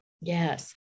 Yes